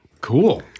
Cool